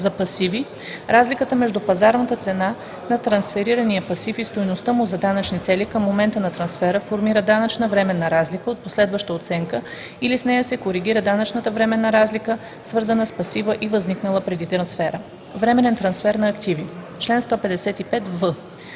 за пасиви – разликата между пазарната цена на трансферирания пасив и стойността му за данъчни цели към момента на трансфера формира данъчна временна разлика от последваща оценка или с нея се коригира данъчната временна разлика, свързана с пасива и възникнала преди трансфера. Временен трансфер на активи Чл. 155в.